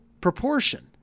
proportion